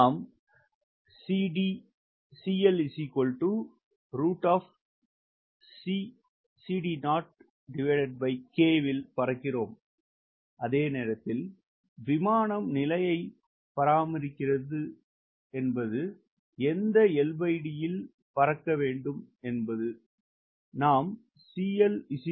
நாம் இல் பறக்கிறோம் அதே நேரத்தில் விமானம் நிலையை பரமாறிகிறது என்றால் எந்த LD இல் பறக்க வேண்டும்